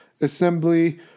Assembly